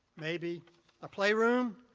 maybe a playroom.